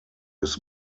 his